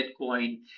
Bitcoin